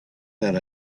that